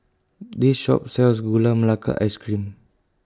This Shop sells Gula Melaka Ice Cream